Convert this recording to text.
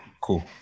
cool